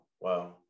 wow